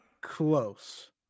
close